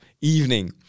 evening